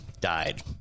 died